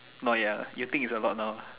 not yet ah you think it's a lot now